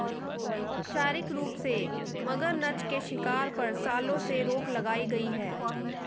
औपचारिक रूप से, मगरनछ के शिकार पर, सालों से रोक लगाई गई है